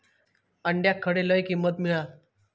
अंड्याक खडे लय किंमत मिळात?